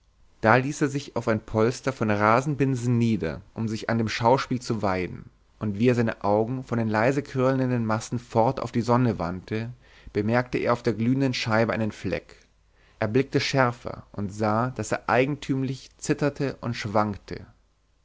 da ließ er sich auf ein polster von rasenbinsen nieder um sich an dem schauspiel zu weiden und wie er seine augen von den leise quirlenden massen fort auf die sonne wandte bemerkte er auf der glühenden scheibe einen fleck er blickte schärfer und sah daß er eigentümlich zitterte und schwankte